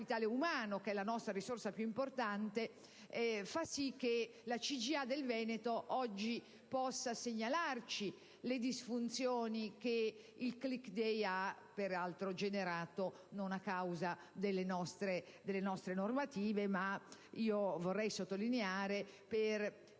alla nostra risorsa più importante, fa sì che la CGA del Veneto possa oggi segnalarci le disfunzioni che il *click day* ha peraltro generato non a causa delle nostre normative, ma per evidenti motivi di carattere